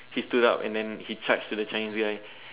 he stood up and then he charged to the Chinese guy